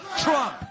Trump